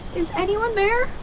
is anyone there?